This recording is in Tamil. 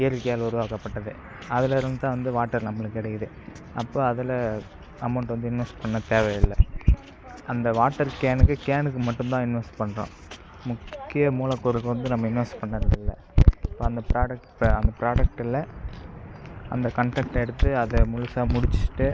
இயற்கையால் உருவாக்கபட்டது அதிலருந்து தான் வந்து வாட்டர் நம்மளுக்கு கிடைக்கிது அப்போ அதில் அமௌண்ட் வந்து இன்வெஸ்ட் பண்ண தேவை இல்லை அந்த வாட்டர் கேனுக்கு கேனுக்கு மட்டும் தான் இன்வெஸ்ட் பண்ணுறோம் முக்கிய மூலக்கூறுக்கு வந்து நம்ம இன்வெஸ்ட் பண்ணுறதில்ல இப்போ அந்த ப்ராடெக்ட்டு அந்த ப்ராடெக்ட்டில் அந்த கன்டென்ட்டை எடுத்து அதை முழுசாக முடிச்சுட்டு